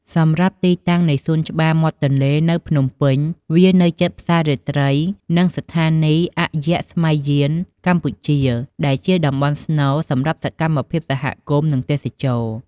សម្រាប់ទីតាំងនៃសួនច្បារមាត់ទន្លេនៅភ្នំពេញ វានៅជិតផ្សាររាត្រី និងស្ថានីយអយស្ម័យយានកម្ពុជា ដែលជាតំបន់ស្នូលសម្រាប់សកម្មភាពសហគមន៍ និងទេសចរណ៍។